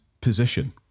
position